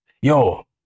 Yo